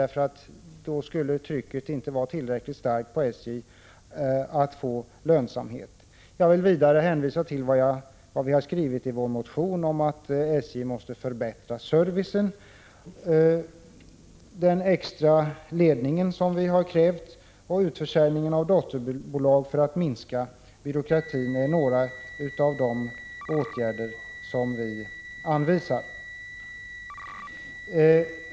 Hade en sådan modell införts skulle nämligen trycket på SJ att nå lönsamhet inte ha blivit tillräckligt starkt. Jag vill vidare hänvisa till vad vi har skrivit i vår motion om att SJ måste förbättra servicen. Vi har också krävt en extra ledning och utförsäljning av dotterbolag för att minska byråkratin. Det är några av de åtgärder som vi anvisar.